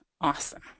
Awesome